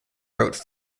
wrote